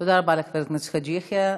תודה רבה לחבר הכנסת חאג' יחיא.